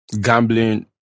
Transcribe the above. gambling